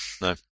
no